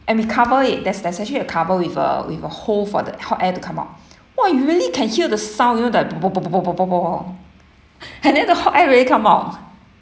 and we cover it there's there's actually a cover with a with a hole for the hot air to come out !wah! you really can hear the sound you know that bo bo bo bo bo bo bo all and then the hot air really come out